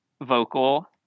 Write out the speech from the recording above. Vocal